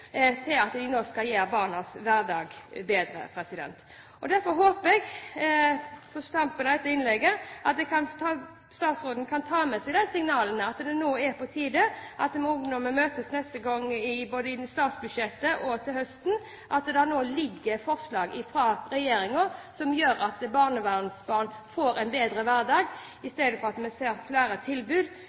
barnas hverdag bedre. Derfor håper jeg, på tampen av dette innlegget, at statsråden kan ta med seg disse signalene. Det er på tide når vi møtes til høsten, og i forbindelse med statsbudsjettet, at det ligger forslag fra regjeringen som gjør at barnevernsbarn får en bedre hverdag, så vi slipper å se flere eksempler på at